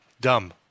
Dumb